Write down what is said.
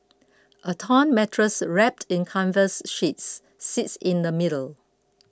a torn mattress wrapped in canvas sheets sits in the middle